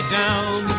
down